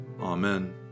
Amen